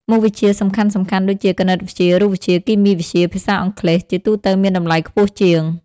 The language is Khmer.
មុខវិជ្ជាសំខាន់ៗដូចជា គណិតវិទ្យា រូបវិទ្យា គីមីវិទ្យា ភាសាអង់គ្លេស ជាទូទៅមានតម្លៃខ្ពស់ជាង។